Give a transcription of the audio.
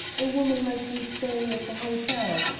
a woman like you staying at the hotel!